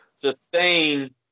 sustain